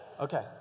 Okay